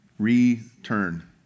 return